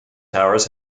towers